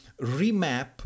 remap